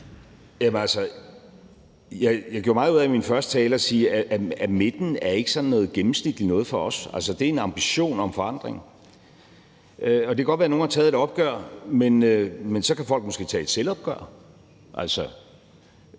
jeg gjorde meget ud af i min første tale at sige, at midten ikke er sådan noget gennemsnitligt noget for os. Altså, det er en ambition om forandring. Og det kan godt være, nogen har taget et opgør, men så kan folk måske tage et selvopgør.